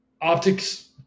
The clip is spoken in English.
optics